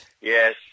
Yes